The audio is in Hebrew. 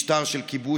"משטר של כיבוש,